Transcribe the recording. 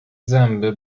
zęby